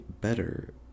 better